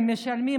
הם משלמים,